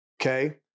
okay